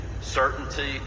certainty